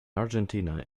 argentina